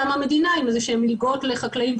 כל נושא של הנגישות לקרקע,